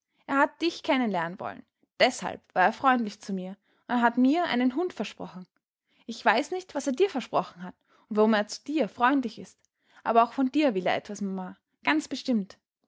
er hat dich kennen lernen wollen deshalb war er freundlich zu mir und hat mir einen hund versprochen ich weiß nicht was er dir versprochen hat und warum er zu dir freundlich ist aber auch von dir will er etwas mama ganz bestimmt